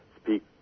speak